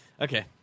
Okay